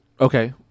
Okay